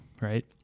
right